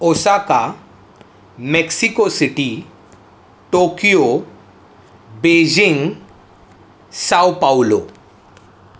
Osaka Mexico City Tokyo Beijing Sao Paulo